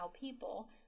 people